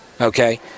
okay